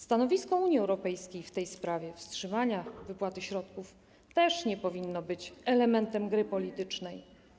Stanowisko Unii Europejskiej w tej sprawie, w sprawie wstrzymania wypłaty środków też nie powinno być elementem gry politycznej.